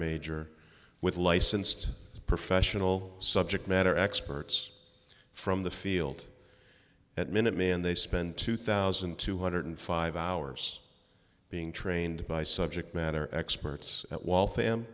major with licensed professional subject matter experts from the field at minute man they spend two thousand two hundred five hours being trained by subject matter experts at wal